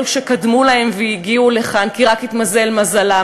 אלו שקדמו להם והגיעו לכאן כי רק התמזל מזלם